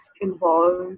involved